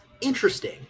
interesting